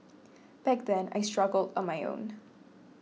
back then I struggled on my own